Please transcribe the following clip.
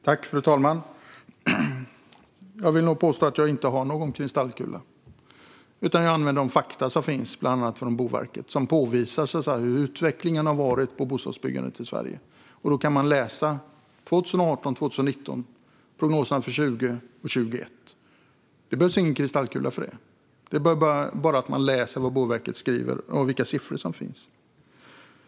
Fru talman! Jag vill påstå att jag inte har någon kristallkula utan jag använder de fakta som finns, bland annat från Boverket, som visar hur utvecklingen har varit när det gäller bostadsbyggandet i Sverige. Då kan man läsa om hur det varit 2018 och 2019 och prognoserna för 2020 och 2021. Det behövs ingen kristallkula för det. Det är bara att läsa vad Boverket skriver och de siffror som finns.